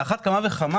על אחת כמה וכמה